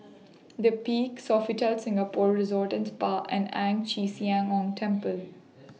The Peak Sofitel Singapore Resort and Spa and Ang Chee Sia Ong Temple